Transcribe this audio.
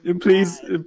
Please